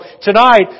tonight